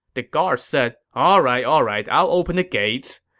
the guard said ah alright alright, i'll open the gates.